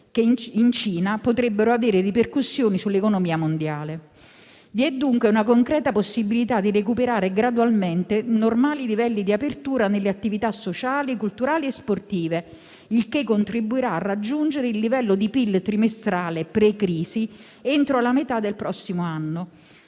che potrebbero avere ripercussioni sull'economia mondiale. Vi è dunque una concreta possibilità di recuperare gradualmente normali livelli di apertura nelle attività sociali, culturali e sportive, il che contribuirà a raggiungere il livello di PIL trimestrale pre-crisi entro la metà del prossimo anno.